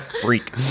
freak